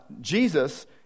Jesus